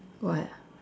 what